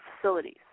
facilities